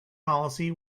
policy